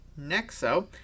Nexo